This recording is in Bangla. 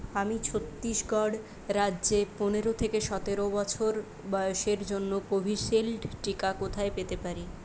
আমি ছত্তিশগড় রাজ্যে পনের থেকে সতের বছর বয়সের জন্য কোভিশিল্ড টিকা কোথায় পেতে পারি